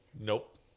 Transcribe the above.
Nope